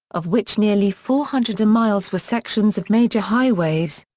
of which nearly four hundred miles were sections of major highways.